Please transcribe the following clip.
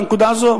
לנקודה הזו?